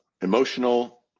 emotional